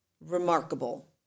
remarkable